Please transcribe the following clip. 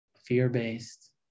fear-based